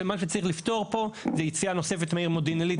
מה שצריך לפתור פה הוא יציאה נוספת מהעיר מודיעין עילית.